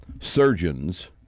surgeons